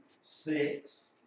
six